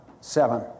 seven